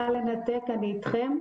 אני איתכם.